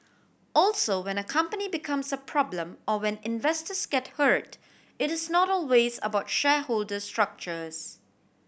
also when a company becomes a problem or when investors get hurt it is not always about shareholder structures